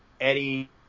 Eddie